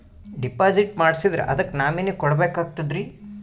Deposit ಮಾಡ್ಸಿದ್ರ ಅದಕ್ಕ nominee ಕೊಡಬೇಕಾಗ್ತದ್ರಿ?